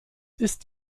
ist